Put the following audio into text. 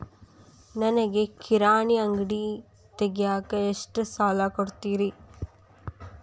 ನನಗ ಕಿರಾಣಿ ಅಂಗಡಿ ತಗಿಯಾಕ್ ಎಷ್ಟ ಸಾಲ ಕೊಡ್ತೇರಿ?